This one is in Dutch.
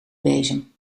bezem